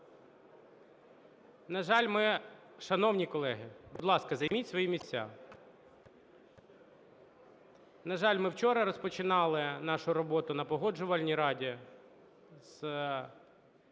На жаль, ми вчора розпочинали нашу роботу на Погоджувальній раді із